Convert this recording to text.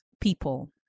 people